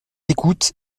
écoute